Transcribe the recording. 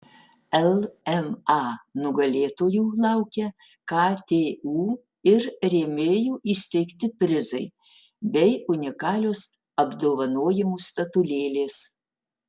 lma nugalėtojų laukia ktu ir rėmėjų įsteigti prizai bei unikalios apdovanojimų statulėlės